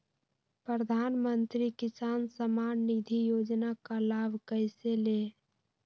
प्रधानमंत्री किसान समान निधि योजना का लाभ कैसे ले?